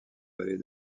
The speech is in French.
vallée